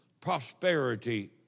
prosperity